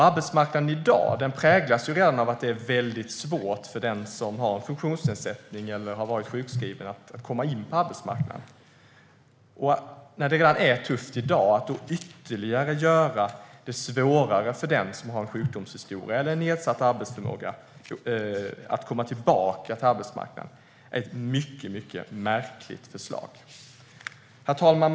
Arbetsmarknaden präglas redan i dag av att det är väldigt svårt för den som har en funktionsnedsättning eller som har varit sjukskriven att komma in på arbetsmarknaden. Att göra det ännu svårare för den som har en sjukdomshistoria eller nedsatt arbetsförmåga att komma tillbaka till arbetsmarknaden när det är tufft redan i dag är ett mycket, mycket märkligt förslag. Herr talman!